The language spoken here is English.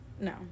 no